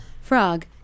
Frog